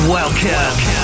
Welcome